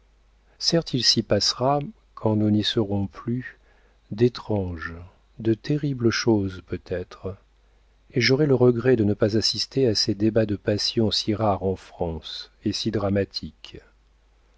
il s'y passera quand nous n'y serons plus d'étranges de terribles choses peut-être et j'aurai le regret de ne pas assister à ces débats de passion si rares en france et si dramatiques